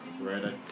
right